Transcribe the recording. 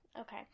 Okay